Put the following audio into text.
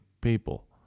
people